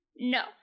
No